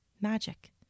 magic